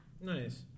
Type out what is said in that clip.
Nice